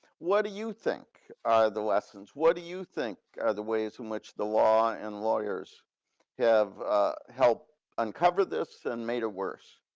what do you think the lessons, what do you think are the ways in which the law and lawyers have helped uncover this and made it worse?